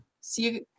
see